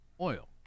oil